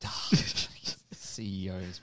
CEOs